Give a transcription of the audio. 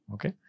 Okay